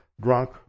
drunk